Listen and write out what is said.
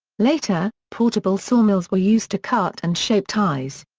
later, portable saw mills were used to cut and shape ties.